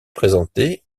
présentée